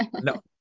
No